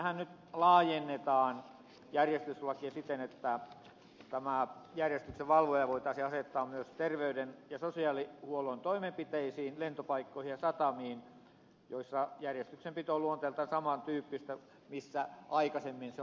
siinähän nyt laajennetaan järjestyslakia siten että järjestyksenvalvoja voitaisiin asettaa myös terveyden ja sosiaalihuollon toimenpiteisiin lentopaikkoihin ja satamiin joissa järjestyksenpito on luonteeltaan saman tyyppistä kuin siellä missä aikaisemmin se on ollut mahdollista